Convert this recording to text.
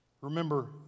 Remember